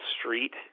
Street